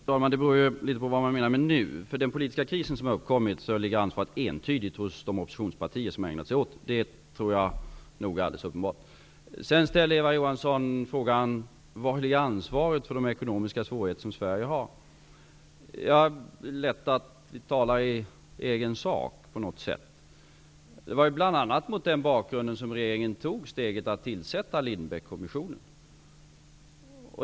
Fru talman! Det beror ju litet på vad man menar med nu. För den politiska kris som har uppkommit ligger ansvaret entydigt hos de oppositionspartier som ägnat sig åt att skapa den. Det tror jag nog är alldeles uppenbart. Eva Johansson ställde frågan: Var ligger ansvaret för de ekonomiska svårigheter som Sverige har? Det är lätt att tala i egen sak på något sätt. Det var bl.a. mot bakgrund av de ekonomiska svårigheterna som regeringen tog steget att tillsätta Lindbeckkommissionen.